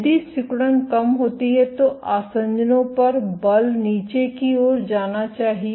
यदि सिकुड़न कम हो जाती है तो आसंजनों पर बल नीचे की ओर जाना चाहिए